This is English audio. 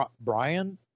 Brian